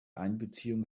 einbeziehung